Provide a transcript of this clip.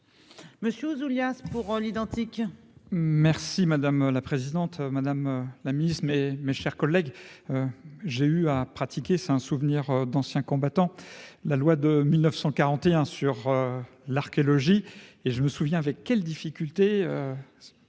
Monsieur Ouzoulias pour l'identique. Merci madame la présidente, madame la miss, mais mes chers collègues, j'ai eu à pratiquer, c'est un souvenir d'ancien combattant, la loi de 1941 sur l'archéologie et je me souviens avec quelles difficultés